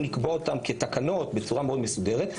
לקבוע אותם כתקנות בצורה מאוד מסודרת,